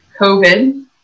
COVID